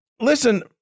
Listen